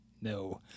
No